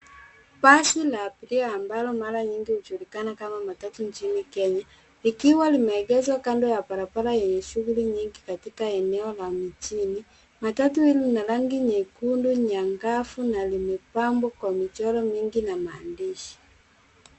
Basi la abiria ambalo mara nyingi hujulikana kama matatus nchini Kenya, likiwa limeegezwa kando ya barabara yenye shughuli nyingi katika eneo la mjini. Matatu hili ilna rangi nyekundu nyangavu na imepambwa kwa michoro nyingi na maandishi.